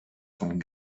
von